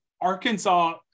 Arkansas